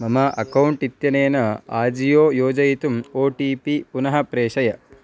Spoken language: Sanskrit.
मम अकौण्ट् इत्यनेन आजियो योजयितुम् ओ टी पी पुनः प्रेषय